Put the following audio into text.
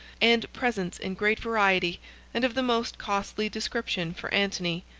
and presents in great variety and of the most costly description for antony.